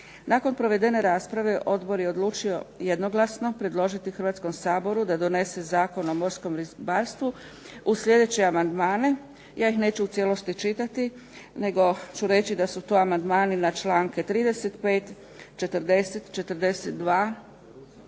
Nakon provedene rasprave odbor je odlučio jednoglasno predložiti Hrvatskom saboru da donese Zakon o morskom ribarstvu uz sljedeće amandmane, ja ih neću u cijelosti čitati nego ću reći da su to amandmani na članke 35., 40., 42.,